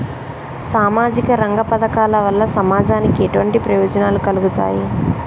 సామాజిక రంగ పథకాల వల్ల సమాజానికి ఎటువంటి ప్రయోజనాలు కలుగుతాయి?